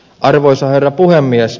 arvoisa herra puhemies